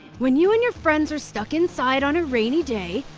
when you and your friends are stuck inside on a rainy day,